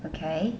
okay